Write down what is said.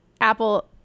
Apple